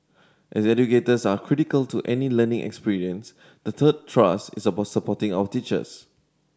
as educators are critical to any learning experience the third thrust is about supporting our teachers